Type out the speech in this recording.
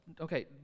Okay